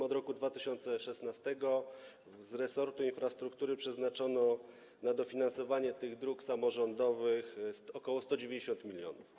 Od roku 2016 z resortu infrastruktury przeznaczono na dofinansowanie dróg samorządowych ok. 190 mln.